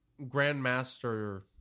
Grandmaster